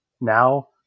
now